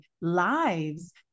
lives